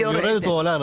היא יורדת או עולה.